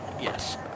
Yes